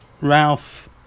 Ralph